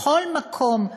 בכל מקום,